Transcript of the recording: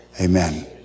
Amen